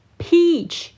peach